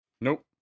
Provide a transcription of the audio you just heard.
Nope